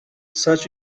such